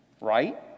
right